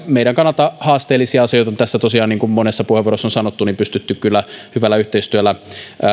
meidän kannalta haasteellisia asioita on tässä tosiaan niin kuin monessa puheenvuorossa on sanottu pystytty kyllä hyvällä yhteistyöllä